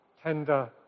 tender